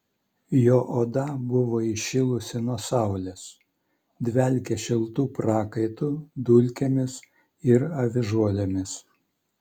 jo oda buvo įšilusi nuo saulės dvelkė šiltu prakaitu dulkėmis ir avižuolėmis